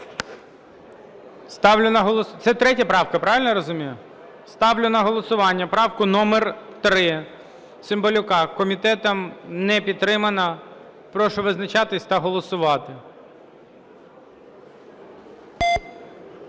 Ставлю на… Це 3 правка, правильно я розумію? Ставлю на голосування правку номер 3 Цимбалюка. Комітетом не підтримана. Прошу визначатись та голосувати.